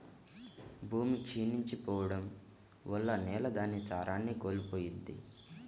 భూమి క్షీణించి పోడం వల్ల నేల దాని సారాన్ని కోల్పోయిద్ది